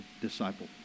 Disciple